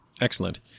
Excellent